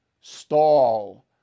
stall